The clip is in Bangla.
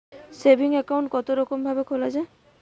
সেভিং একাউন্ট কতরকম ভাবে খোলা য়ায়?